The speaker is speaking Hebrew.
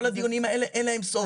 כל הדיונים האלה - אין להם סוף.